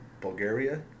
Bulgaria